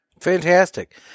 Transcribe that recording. Fantastic